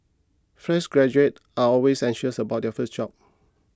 fresh graduates are always anxious about their first job